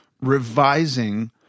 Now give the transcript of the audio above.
revising